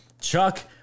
Chuck